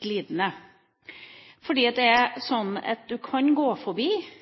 glidende. Det er sånn at du kan gå forbi